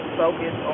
focus